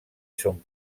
son